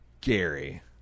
Gary